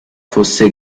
fosse